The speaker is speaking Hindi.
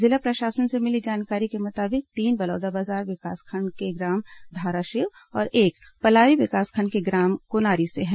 जिला प्रशासन से मिली जानकारी के मुताबिक तीन बलौदाबाजार विकासखंड के ग्राम धाराशिव और एक पलारी विकासखंड के ग्राम कोनारी से है